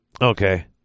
Okay